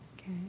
Okay